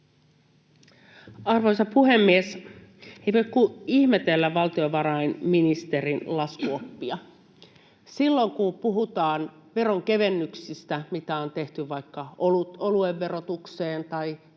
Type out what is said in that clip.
Arvoisa puhemies! Ei voi kuin ihmetellä valtiovarainministerin laskuoppia. Silloin, kun puhutaan veronkevennyksistä, joita on tehty vaikka oluen verotukseen tai kaikkein